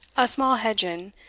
a small hedge inn,